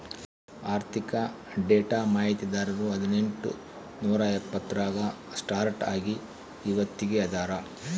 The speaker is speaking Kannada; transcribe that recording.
ಆರ್ಥಿಕ ಡೇಟಾ ಮಾಹಿತಿದಾರರು ಹದಿನೆಂಟು ನೂರಾ ಎಪ್ಪತ್ತರಾಗ ಸ್ಟಾರ್ಟ್ ಆಗಿ ಇವತ್ತಗೀ ಅದಾರ